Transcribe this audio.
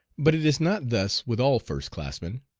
but it is not thus with all first-classmen.